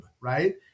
right